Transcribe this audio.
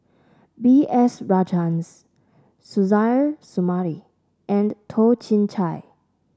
B S Rajhans Suzairhe Sumari and Toh Chin Chye